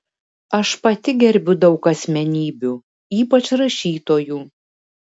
aš pati gerbiu daug asmenybių ypač rašytojų